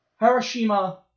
Hiroshima